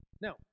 Now